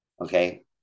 okay